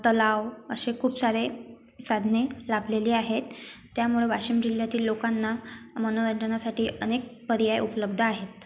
तलाव असे खूप सारे साधने लाभलेली आहेत त्यामुळं वाशिम जिल्ह्यातील लोकांना मनोरंजनासाठी अनेक पर्याय उपलब्ध आहेत